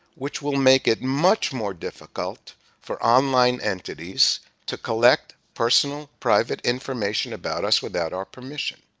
which will make it much more difficult for online entities to collect personal private information about us without our permission.